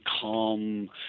calm